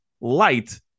Light